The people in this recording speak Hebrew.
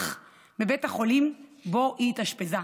אח בבית החולים שבו היא התאשפזה.